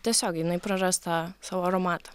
tiesiog jinai praras tą savo aromatą